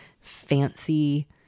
fancy